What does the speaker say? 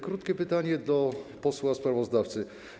Krótkie pytanie do posła sprawozdawcy.